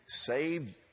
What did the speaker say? saved